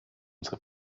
unsere